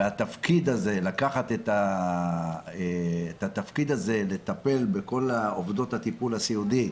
ולקחת את התפקיד הזה לטפל בכל עובדות הטיפול הסיעודי,